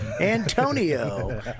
Antonio